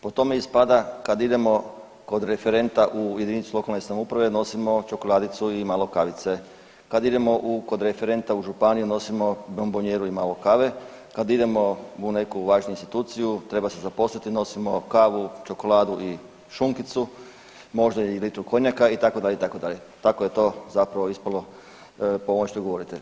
Po tome ispada kada idemo kod referenta u jedinicu lokalne samouprave nosimo čokoladicu i malo kavice, kad idemo kod referenta u županiju nosimo bombonijeru i malo kave, kad idemo u neku važnu instituciju treba se zaposliti nosimo kavu, čokoladicu i šunkicu, možda i litru konjaka itd., itd. tako je to zapravo ispalo po ovome što govorite.